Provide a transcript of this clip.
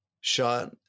Shot